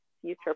future